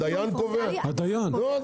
הדיין קובע?